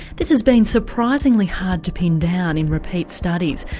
this has been surprisingly hard to pin down in repeat studies,